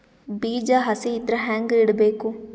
ಬೀಜ ಹಸಿ ಇದ್ರ ಹ್ಯಾಂಗ್ ಇಡಬೇಕು?